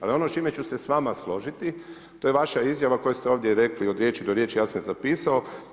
Ali ono s čime ću se s vama složiti to je vaša izjava koju ste ovdje rekli od riječi do riječi, ja sam je zapisao.